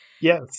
Yes